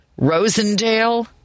Rosendale